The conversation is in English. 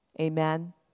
Amen